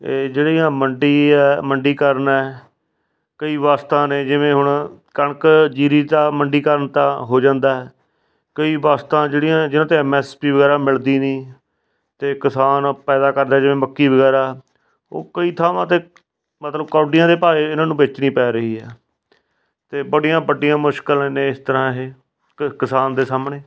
ਇਹ ਜਿਹੜੀਆਂ ਮੰਡੀ ਹੈ ਮੰਡੀਕਰਨ ਹੈ ਕਈ ਵਸਤਾਂ ਨੇ ਜਿਵੇਂ ਹੁਣ ਕਣਕ ਜੀਰੀ ਤਾਂ ਮੰਡੀਕਰਨ ਤਾਂ ਹੋ ਜਾਂਦਾ ਕਈ ਵਸਤਾਂ ਜਿਹੜੀਆਂ ਜਿਹਨਾਂ 'ਤੇ ਐੱਮ ਐੱਸ ਪੀ ਵਗੈਰਾ ਮਿਲਦੀ ਨਹੀਂ ਅਤੇ ਕਿਸਾਨ ਪੈਦਾ ਕਰਦੇ ਜਿਵੇਂ ਮੱਕੀ ਵਗੈਰਾ ਉਹ ਕਈ ਥਾਵਾਂ 'ਤੇ ਮਤਲਬ ਕੌਡੀਆਂ ਦੇ ਭਾਅ ਏ ਇਹਨਾਂ ਨੂੰ ਵੇਚਣੀ ਪੈ ਰਹੀ ਹੈ ਅਤੇ ਬੜੀਆਂ ਵੱਡੀਆਂ ਮੁਸ਼ਕਿਲ ਨੇ ਇਸ ਤਰ੍ਹਾਂ ਇਹ ਕਿਸਾਨ ਦੇ ਸਾਹਮਣੇ